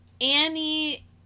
Annie